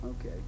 Okay